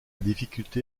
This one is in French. difficulté